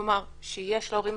כלומר שיש לה הורים,